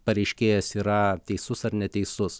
pareiškėjas yra teisus ar neteisus